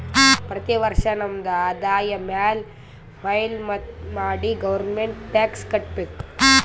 ಪ್ರತಿ ವರ್ಷ ನಮ್ದು ಆದಾಯ ಮ್ಯಾಲ ಫೈಲ್ ಮಾಡಿ ಗೌರ್ಮೆಂಟ್ಗ್ ಟ್ಯಾಕ್ಸ್ ಕಟ್ಬೇಕ್